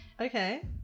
okay